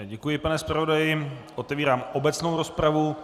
Děkuji, pane zpravodaji, otevírám obecnou rozpravu.